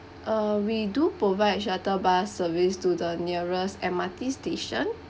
uh we do provide shuttle bus service to the nearest M_R_T station